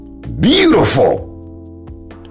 beautiful